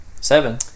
Seven